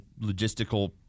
logistical